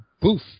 boof